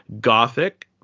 Gothic